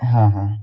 હાહા